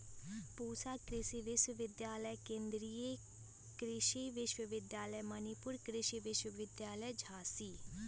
पूसा कृषि विश्वविद्यालय, केन्द्रीय कृषि विश्वविद्यालय मणिपुर, कृषि विश्वविद्यालय झांसी